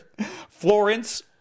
Florence